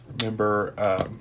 Remember